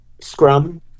scrum